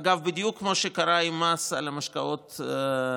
אגב, בדיוק כמו שקרה עם המס על המשקאות הממותקים.